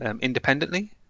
independently